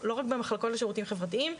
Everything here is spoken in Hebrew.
לא רק במחלקות לשירותים חברתיים,